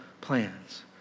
plans